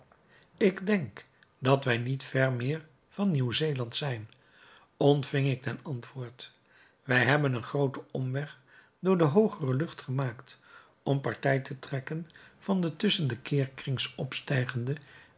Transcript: ik denk dat wij niet ver meer van nieuw-zeeland zijn ontving ik ten antwoord wij hebben een grooten omweg door de hoogere lucht gemaakt om partij te trekken van den tusschen de keerkringen opstijgenden